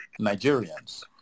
Nigerians